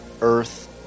earth